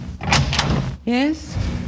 Yes